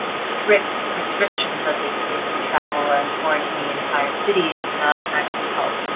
and strict restrictions that they placed in travel and quarantining entire cities actually helped.